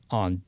on